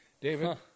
david